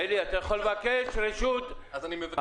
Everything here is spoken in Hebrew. אלי, אתה יכול לבקש רשות --- אז אני מבקש.